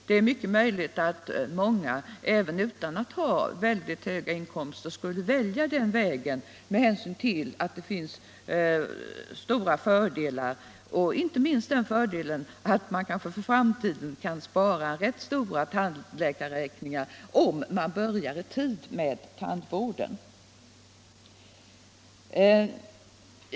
Det är mycket möjligt att många, även utan att ha höga inkomster. skulle viälja denna form med hänsyn till att det finns stora fördelar och inte minst den fördelen att man kanske för framtiden kan spara in rätt stora tandläkarräkningar, om man börjar i tid med tandvården.